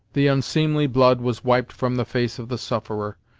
the unseemly blood was wiped from the face of the sufferer,